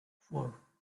four